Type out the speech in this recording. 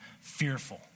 fearful